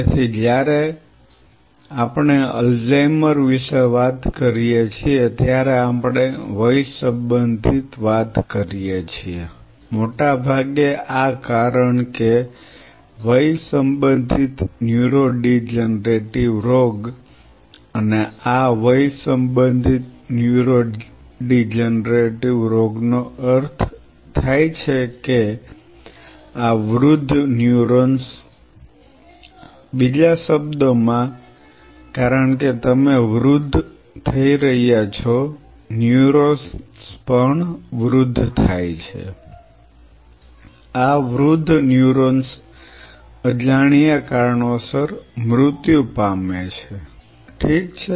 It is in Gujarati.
તેથી જ્યારે આપણે અલ્ઝાઇમર વિશે વાત કરીએ છીએ ત્યારે આપણે વય સંબંધિત વાત કરીએ છીએ મોટેભાગે આ કારણ કે વય સંબંધિત ન્યુરો ડીજનરેટિવ રોગ અને આ વય સંબંધિત ન્યુરો ડીજનરેટિવ રોગનો અર્થ થાય છે આ વૃદ્ધ ન્યુરોન્સ બીજા શબ્દોમાં કારણ કે તમે વૃદ્ધ થઈ રહ્યા છો ન્યુરોન્સ પણ વૃદ્ધ થાય છે આ વૃદ્ધ ન્યુરોન્સ અજાણ્યા કારણોસર મૃત્યુ પામે છે ઠીક છે